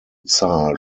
zahl